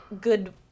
good